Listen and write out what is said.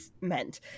meant